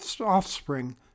offspring